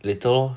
later